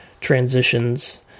transitions